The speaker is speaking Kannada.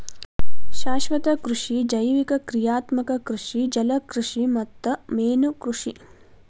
ಶಾಶ್ವತ ಕೃಷಿ ಜೈವಿಕ ಕ್ರಿಯಾತ್ಮಕ ಕೃಷಿ ಜಲಕೃಷಿ ಮತ್ತ ಮೇನುಕೃಷಿ